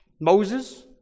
Moses